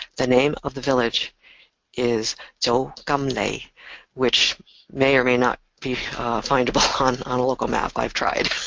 the name of the village is zhao gum lei which may or may not be findable on on a local map i've tried.